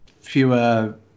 fewer